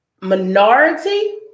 Minority